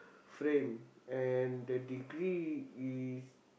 frame and the degree is